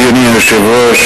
אדוני היושב-ראש,